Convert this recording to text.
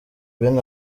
ben